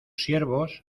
siervos